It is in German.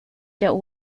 der